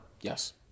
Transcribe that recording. Yes